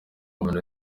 muntu